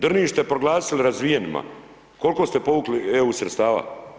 Drniš ste proglasili razvijenima, kol'ko ste povukli EU sredstava?